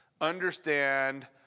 understand